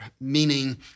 meaning